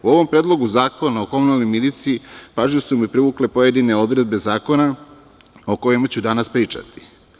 U ovom Predlogu zakona o komunalnoj miliciji pažljivo su me privukle pojedine odredbe zakona o kojima ću danas pričati.